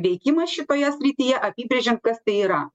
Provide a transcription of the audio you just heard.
veikimas šitoje srityje apibrėžiant kas tai yra